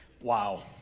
Wow